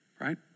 Right